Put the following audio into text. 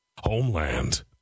Homeland